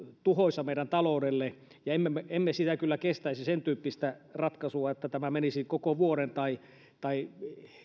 tuhoisaa meidän taloudellemme emme me kyllä kestäisi sentyyppistä ratkaisua että tämä menisi koko vuoden tai tai